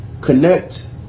connect